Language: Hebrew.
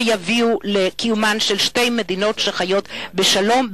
שיביאו לקיומן של שתי מדינות שחיות בשלום,